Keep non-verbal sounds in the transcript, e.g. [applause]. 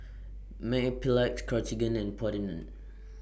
Mepilex Cartigain and [unintelligible]